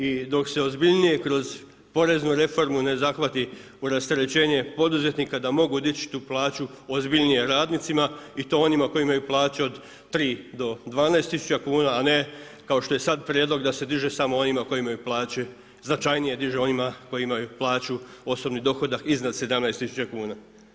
I dok se ozbiljnije kroz poreznu reformu ne zahvati u rasterećenje poduzetnika da mogu dići tu plaću ozbiljnije radnicima i to onima koji imaju plaće od 3 do 12 tisuća kuna a ne kao što je sad prijedlog da se diže samo onima koji imaju plaće, značajnije diže onima koji imaju plaću, osobni dohodak iznad 17 tisuća kuna.